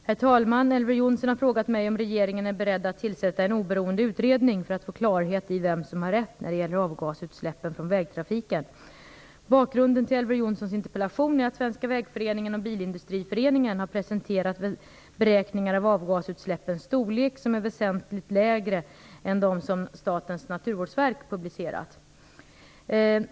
Herr talman! Elver Jonsson har frågat mig om regeringen är beredd att tillsätta en oberoende utredning för att få klarhet i vem som har rätt när det gäller avgasutsläppen från vägtrafiken. Bakgrunden till Elver Jonssons interpellation är att Svenska vägföreningen och Bilindustriföreningen har presenterat beräkningar av avgasutsläppens storlek som är väsentligt lägre än de som Statens naturvårdsverk publicerat.